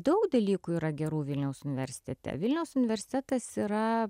daug dalykų yra gerų vilniaus universitete vilniaus universitetas yra